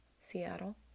Seattle